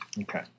okay